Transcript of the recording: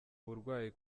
burwayi